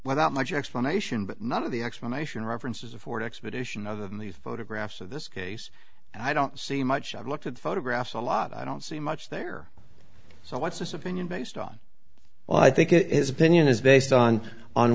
without much explanation but none of the explanation references a ford expedition other than the photographs of this case i don't see much i've looked at photographs a lot i don't see much there so what's this opinion based on well i think it is opinion is based on on